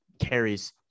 carries